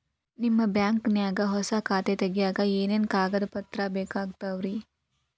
ನಿಮ್ಮ ಬ್ಯಾಂಕ್ ನ್ಯಾಗ್ ಹೊಸಾ ಖಾತೆ ತಗ್ಯಾಕ್ ಏನೇನು ಕಾಗದ ಪತ್ರ ಬೇಕಾಗ್ತಾವ್ರಿ?